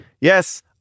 yes